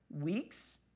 weeks